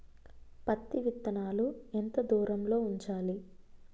పత్తి విత్తనాలు ఎంత దూరంలో ఉంచాలి?